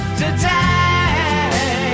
today